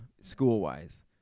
school-wise